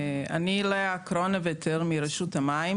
אני לאה קרונבטר מרשות המים,